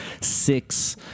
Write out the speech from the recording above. six